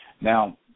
Now